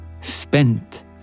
spent